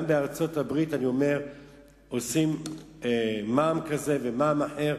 גם בארצות-הברית עושים מע"מ כזה ומע"מ אחר,